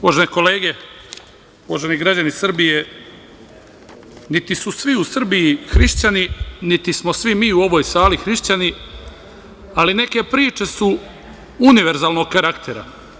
Uvažene kolege, uvaženi građani Srbije, niti su svi u Srbiji hrišćani, niti smo svi mi u ovoj sali hrišćani, ali neke priče su univerzalnog karaktera.